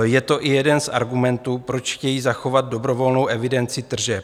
Je to i jeden z argumentů, proč chtějí zachovat dobrovolnou evidenci tržeb.